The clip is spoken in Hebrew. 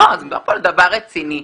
מדובר פה על דבר רציני.